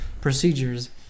procedures